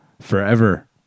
forever